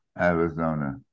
Arizona